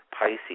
Pisces